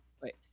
Wait